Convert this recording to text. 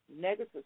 negative